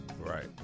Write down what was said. Right